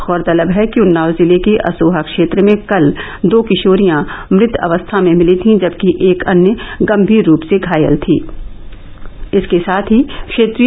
गौरतलब है कि उन्नाव जिले के असोहा क्षेत्र में कल दो किशोरियां मृत अवस्था में मिली थीं जबकि एक अन्य गंभीर रूप से घायल थी